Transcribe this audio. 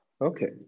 okay